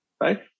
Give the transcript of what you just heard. right